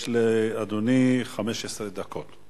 לאדוני יש 15 דקות.